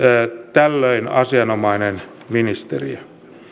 tällöin asianomainen ministeriö